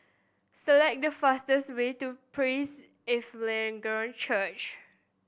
select the fastest way to Praise Evangelical Church